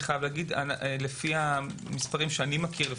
לפי המספרים שאני מכיר,